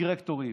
הדירקטורים.